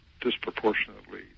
disproportionately